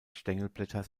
stängelblätter